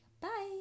Bye